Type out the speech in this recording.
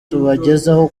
tubagezaho